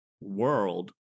world